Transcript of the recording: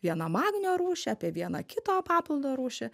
vieną magnio rūšį apie vieną kito papildo rūšį